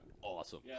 awesome